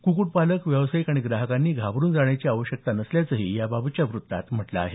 कुक्कूट पालक व्यावसायिक आणि ग्राहकांनी घाबरून जाण्याची आवश्यकता नसल्याचंही याबाबतच्या वृत्तात म्हटलं आहे